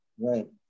Right